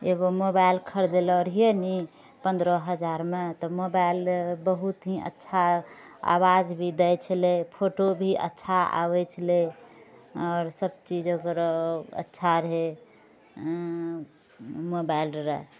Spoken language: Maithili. एगो मोबाइल खरिदले रहियै ने पन्द्रह हजारमे तऽ मोबाइल बहुत ही अच्छा आवाज भी दै छलै फोटो भी अच्छा आबै छलै आओर सभ चीज ओकरो अच्छा रहै मोबाइलरे